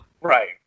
Right